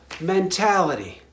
mentality